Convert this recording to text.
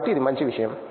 కాబట్టి ఇది మంచి విషయం